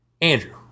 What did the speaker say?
Andrew